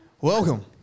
Welcome